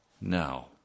now